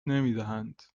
نمیدهند